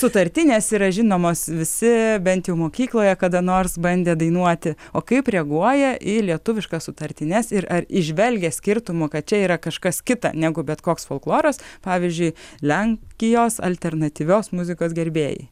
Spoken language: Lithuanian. sutartinės yra žinomos visi bent jau mokykloje kada nors bandė dainuoti o kaip reaguoja į lietuviškas sutartines ir ar įžvelgia skirtumo kad čia yra kažkas kita negu bet koks folkloras pavyzdžiui lenkijos kai jos alternatyvios muzikos gerbėjai